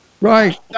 Right